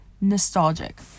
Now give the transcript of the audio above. nostalgic